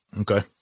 Okay